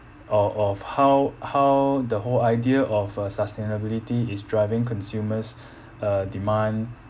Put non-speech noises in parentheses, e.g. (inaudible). or of how how the whole idea of uh sustainability is driving consumers (breath) uh demand